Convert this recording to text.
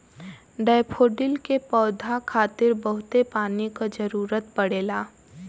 daffodil के पौधा खातिर बहुते पानी क जरुरत पड़ेला